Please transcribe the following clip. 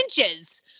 inches